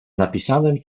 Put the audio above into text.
napisanym